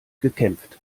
gekämpft